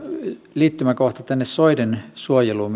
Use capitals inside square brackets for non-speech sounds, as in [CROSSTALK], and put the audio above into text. liittymäkohta tänne soiden suojeluun [UNINTELLIGIBLE]